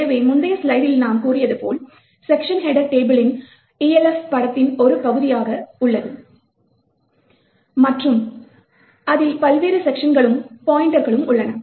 எனவே முந்தைய ஸ்லைடில் நாம் கூறியது போல் செக்க்ஷன் ஹெட்டர் டேபிளின் Elf படத்தின் ஒரு பகுதியாக உள்ளது மற்றும் அதில் பல்வேறு செக்க்ஷன்களுக்கான பாய்ண்ட்டர்கள் உள்ளன